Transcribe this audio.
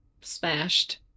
smashed